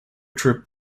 trip